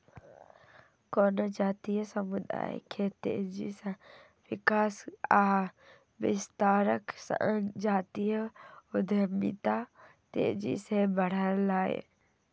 कोनो जातीय समुदाय के तेजी सं विकास आ विस्तारक संग जातीय उद्यमिता तेजी सं बढ़लैए